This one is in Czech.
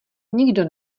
nikdo